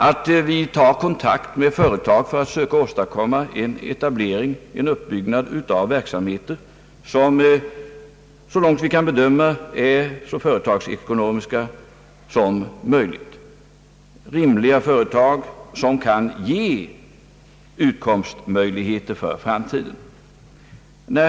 Vi bör ta kontakt med företag för att försöka åstadkomma en etablering och en uppbyggnad av verksamheter, vilka så långt vi kan bedöma är så företagsekonomiskt riktiga som möjligt — rimliga företag som kan ge utkomstmöjligheter för framtiden.